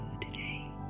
today